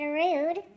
rude